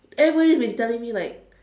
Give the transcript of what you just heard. everybody has been telling me like